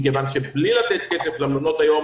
מכיוון שבלי לתת כסף למלונות היום